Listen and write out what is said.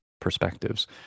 perspectives